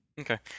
Okay